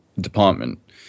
department